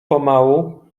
pomału